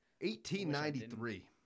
1893